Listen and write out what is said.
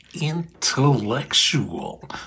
intellectual